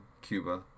Cuba